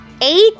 eight